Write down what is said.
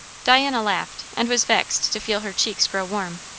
diana laughed, and was vexed to feel her cheeks grow warm.